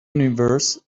universe